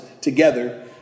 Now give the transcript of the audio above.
together